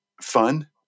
fun